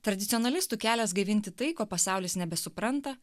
tradicionalistų kelias gaivinti tai ko pasaulis nebesupranta